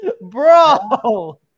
Bro